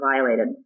violated